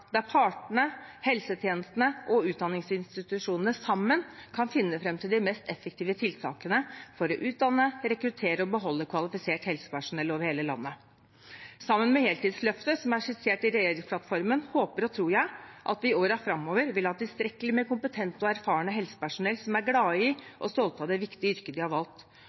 der partene, helsetjenestene og utdanningsinstitusjonene sammen kan finne fram til de mest effektive tiltakene for å utdanne, rekruttere og beholde kvalifisert helsepersonell over hele landet. Sammen med heltidsløftet som er skissert i regjeringsplattformen, håper og tror jeg at vi i årene framover vil ha tilstrekkelig med kompetente og erfarne helsepersonell som er glade i og stolte av det viktige yrket de har valgt,